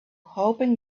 hoping